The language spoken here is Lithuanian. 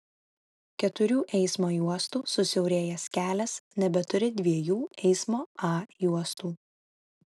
keturių eismo juostų susiaurėjęs kelias nebeturi dviejų eismo a juostų